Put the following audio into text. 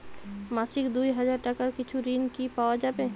মাসিক দুই হাজার টাকার কিছু ঋণ কি পাওয়া যাবে?